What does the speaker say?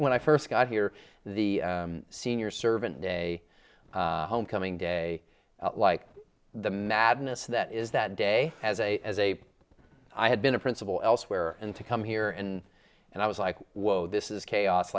when i first got here the senior servant day homecoming day like the madness that is that day as a as a i had been a principal elsewhere and to come here and and i was like whoa this is chaos